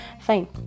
Fine